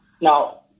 Now